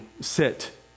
sit